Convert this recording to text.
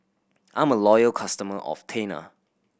I'm a loyal customer of Tena